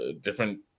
different